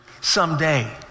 someday